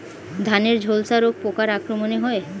ধানের ঝলসা রোগ পোকার আক্রমণে হয়?